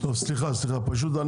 אני